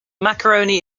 macaroni